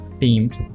teams